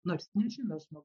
nors nežinau žmogui